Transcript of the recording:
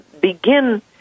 begin